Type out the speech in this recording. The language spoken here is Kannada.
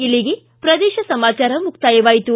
ಇಲ್ಲಿಗೆ ಪ್ರದೇಶ ಸಮಾಚಾರ ಮುಕ್ತಾಯವಾಯಿತು